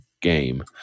game